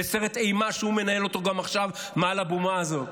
לסרט אימה שהוא מנהל אותו גם עכשיו מעל הבימה הזאת.